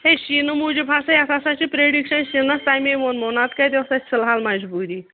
ہے شیٖنہٕ موٗجوٗب ہسا یَتھ ہسا چھُ پرٛیڈِکشَن شیٖنَس تَمے ووٚنمو نَتہٕ کَتہِ اوس اَسہِ فِلحال مجبوٗری